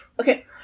Okay